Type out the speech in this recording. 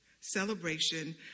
celebration